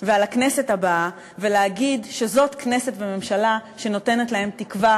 ועל הכנסת הבאה ולהגיד שזאת כנסת וזאת ממשלה שנותנת להם תקווה,